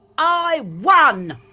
i won!